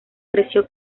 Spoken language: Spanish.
creció